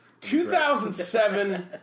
2007